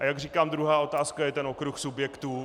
Jak říkám, druhá otázka je okruh subjektů.